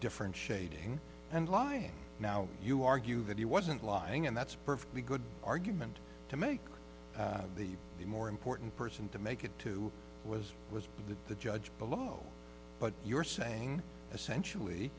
different shading and lying now you argue that he wasn't lying and that's perfectly good argument to make the more important person to make it to was was that the judge by law but you're saying essentially